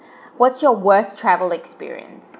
what's your worst travel experience